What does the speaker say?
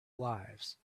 lives